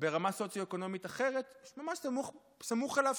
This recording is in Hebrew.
ברמה סוציו-אקונומית אחרת ממש סמוך אליו,